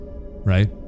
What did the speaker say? Right